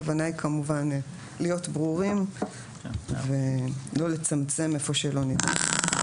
הכוונה היא כמובן להיות ברורים ולא לצמצם היכן שלא ניתן.